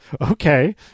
okay